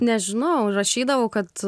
nežinau rašydavau kad